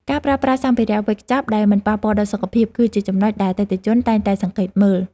ការប្រើប្រាស់សម្ភារៈវេចខ្ចប់ដែលមិនប៉ះពាល់ដល់សុខភាព គឺជាចំណុចដែលអតិថិជនតែងតែសង្កេតមើល។